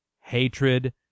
hatred